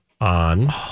on